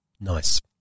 nice